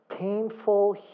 painful